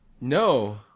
No